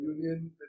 union